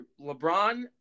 LeBron